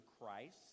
Christ